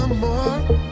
More